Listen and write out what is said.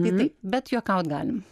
tai taip bet juokaut galim